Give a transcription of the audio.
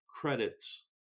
credits